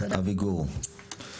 אבי גור, בבקשה.